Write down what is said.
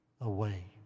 away